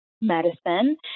medicine